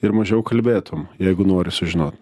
ir mažiau kalbėtum jeigu nori sužinot